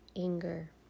anger